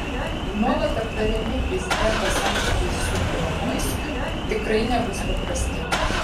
nuolat aptariami prezidento santykiai su kolomoiskiu tikrai nebus paprasti